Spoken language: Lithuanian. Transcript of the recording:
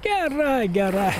gerai gerai